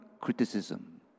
criticism